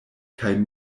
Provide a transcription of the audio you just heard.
kaj